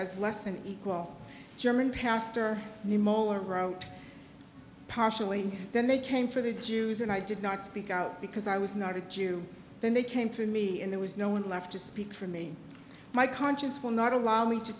as less than equal german pastor mohler wrote partially then they came for the jews and i did not speak out because i was not a jew then they came for me and there was no one left to speak for me my conscience will not allow me to